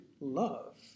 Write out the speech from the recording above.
love